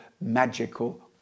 magical